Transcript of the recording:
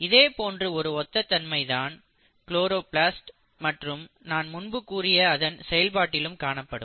இதே போன்ற ஒரு ஒத்த தன்மை தான் குளோரோபிளாஸ்ட் மற்றும் நான் முன்பு கூறிய அதன் செயல்பாட்டிலும் காணப்படும்